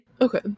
okay